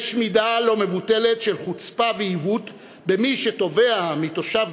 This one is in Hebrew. יש מידה לא-מבוטלת של חוצפה ועיוות במי שתובע מתושב